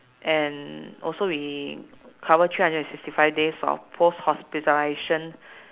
and also we cover three hundred and sixty five days of post hospitalization